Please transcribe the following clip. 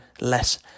less